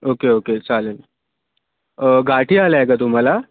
okay okay चालेल गाठी आल्या आहे का तुम्हाला